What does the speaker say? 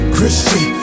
Christian